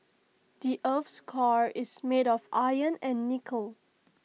the Earth's core is made of iron and nickel